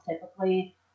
Typically